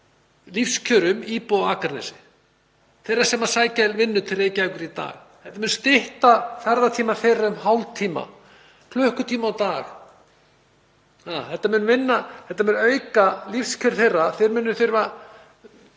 Þetta mun stytta ferðatíma þeirra um hálftíma, klukkutíma á dag. Þetta mun bæta lífskjör þeirra. Þeir munu þurfa að